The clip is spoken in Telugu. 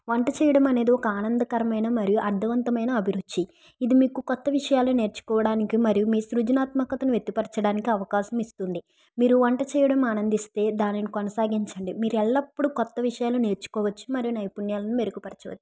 వంట చేయడం అనేది ఒక ఆనందకరమైన మరియు అర్థవంతమైన అభిరుచి ఇది మీకు కొత్త విషయాలు నేర్చుకోవడానికి మరియు మీ సృజనాత్మకతను వ్యతిపరచడానికి అవకాశం ఇస్తుంది మీరు వంట చేయడం ఆనందిస్తే దానిని కొనసాగించండి మీరు ఎల్లప్పుడూ కొత్త విషయాలు నేర్చుకోవచ్చు మరియు నైపుణ్యాలను మెరుగుపరచవచ్చు